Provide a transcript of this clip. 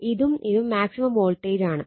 ഇതും ഇതും maximum voltage ആണ്